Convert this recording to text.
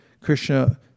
Krishna